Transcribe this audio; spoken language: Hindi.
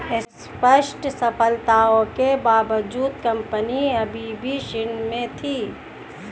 स्पष्ट सफलता के बावजूद कंपनी अभी भी ऋण में थी